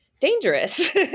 dangerous